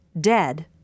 dead